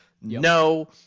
No